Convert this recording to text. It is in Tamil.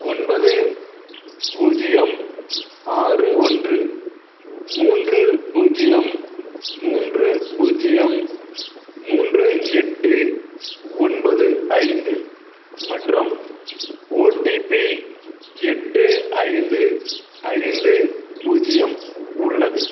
ஒன்பது பூஜ்ஜியம் ஆறு ஒன்று மூன்று பூஜ்ஜியம் மூன்று பூஜ்ஜியம் மூன்று எட்டு ஒன்பது ஐந்து மற்றும் ஓடிபி எட்டு ஐந்து ஐந்து பூஜ்ஜியம் உள்ளது